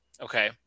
okay